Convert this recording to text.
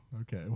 Okay